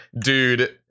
dude